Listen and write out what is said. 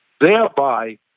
Thereby